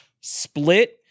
split